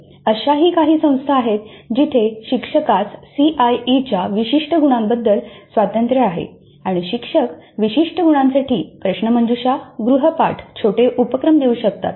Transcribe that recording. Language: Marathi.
अश्याही ही काही संस्था आहेत जिथे शिक्षकास सीआयईच्या विशिष्ट गुणांबद्दल स्वातंत्र्य आहे आणि शिक्षक विशिष्ट गुणांसाठी प्रश्नमंजुषा गृहपाठ छोटे उपक्रम देऊ शकतात